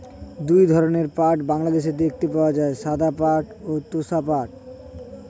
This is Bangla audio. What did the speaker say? দুই ধরনের পাট বাংলাদেশে দেখতে পাওয়া যায়, সাদা পাট ও তোষা পাট